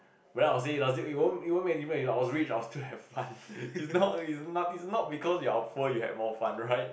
well I will say does it it won't it won't make a difference if I were rich I will still have fun it's not it's not it's not because you are poor you had more fun right